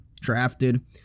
drafted